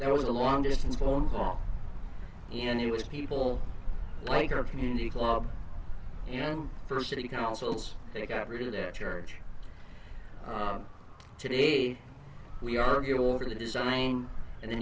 that was a long distance phone call and he was people like our community club and first city councils they got rid of their church today we argue over the design and the